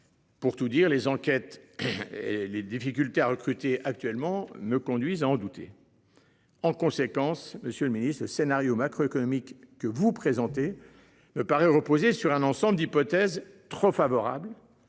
Pour tout dire les enquêtes et les difficultés à recruter actuellement ne conduise à en douter. En conséquence, Monsieur le Ministre ce scénario macroéconomique que vous présentez me paraît reposer sur un ensemble d'hypothèses trop favorable.